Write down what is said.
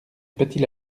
petit